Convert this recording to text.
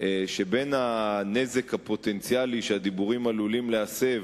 שבין הנזק הפוטנציאלי שהדיבורים עלולים להסב